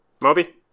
Moby